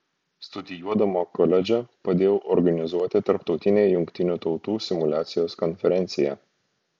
studijuodama koledže padėjau organizuoti tarptautinę jungtinių tautų simuliacijos konferenciją